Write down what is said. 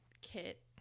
Kit